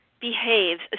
behaves